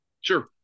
Sure